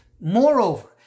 Moreover